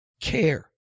care